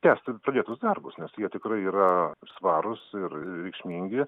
tęsti pradėtus darbus nes jie tikrai yra svarūs ir reikšmingi